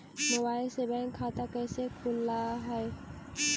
Mobile से bank खाता कैसे खुल है?